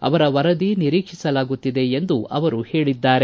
ಅವರ ವರದಿ ನಿರೀಕ್ಷಿಸಲಾಗುತ್ತಿದೆ ಎಂದು ಅವರು ಹೇಳಿದ್ದಾರೆ